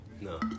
No